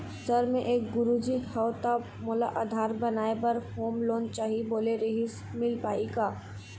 Sir मे एक गुरुजी हंव ता मोला आधार बनाए बर होम लोन चाही बोले रीहिस मील पाही का?